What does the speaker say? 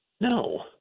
No